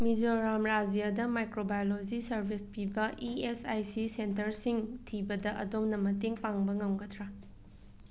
ꯃꯤꯖꯣꯔꯥꯝ ꯔꯥꯖ꯭ꯌꯗ microbiology service ꯄꯤꯕ E S I C ꯁꯦꯟꯇꯔꯁꯤꯡ ꯊꯤꯕꯗ ꯑꯗꯣꯝꯅ ꯃꯇꯦꯡ ꯄꯥꯡꯕ ꯉꯝꯒꯗ꯭ꯔꯥ